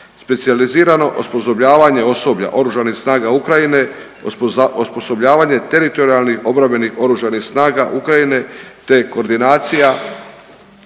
specijalizirano osposobljavanje osoblja Oružanih snaga Ukrajine, osposobljavanje teritorijalnih obrambenih Oružanih snaga Ukrajine te koordinacija,